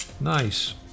Nice